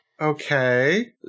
Okay